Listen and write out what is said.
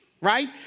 right